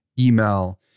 email